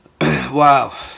wow